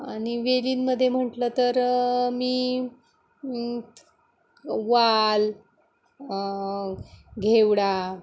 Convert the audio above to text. आणि वेलींमध्ये म्हटलं तर मी वाल घेवडा